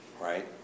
right